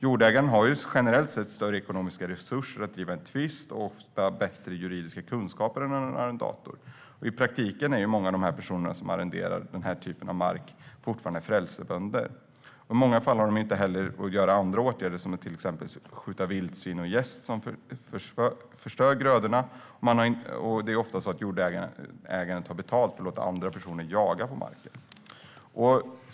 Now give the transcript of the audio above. Jordägaren har generellt större ekonomiska resurser att driva en tvist och ofta bättre juridiska kunskaper än arrendatorn. I praktiken är många av de personer som arrenderar den här typen av mark fortfarande frälsebönder. I många fall har de inte heller möjlighet att vidta andra åtgärder, till exempel att skjuta av vildsvin och gäss som förstör grödorna, utan ofta är det så att jordägaren tar betalt för att låta andra personer jaga på marken.